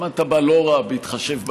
עמדת בה לא רע בהתחשב בנסיבות,